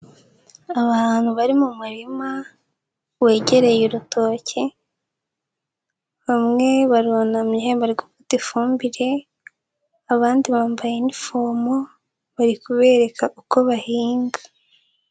Abantu bari mu murima wegereye urutoki, bamwe barunamye bari gufata ifumbire, abandi bambaye inifomo bari kubereka uko bahinga.